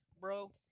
Bro